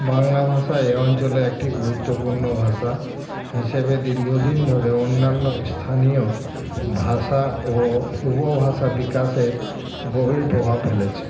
বাংলা ভাষা এ অঞ্চলে একটি গুরুত্বপূর্ণ ভাষা হিসেবে দীর্ঘদিন ধরে অন্যান্য স্থানীয় ভাষা ও উপভাষা বিকাশে গভীর প্রভাব ফেলেছে